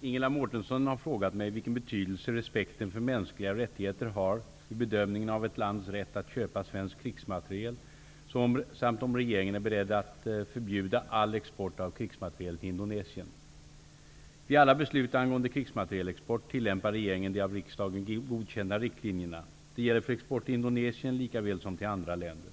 Ingela Mårtensson har frågat mig vilken betydelse respekten för mänskliga rättigheter har vid bedömningen av ett lands rätt att köpa svensk krigsmateriel samt om regeringen är beredd att förbjuda all export av krigsmateriel till Vid alla beslut angående krigsmaterielexport tillämpar regeringen de av riksdagen godkända riktlinjerna. Det gäller för exporten till Indonesien lika väl som till andra länder.